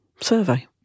survey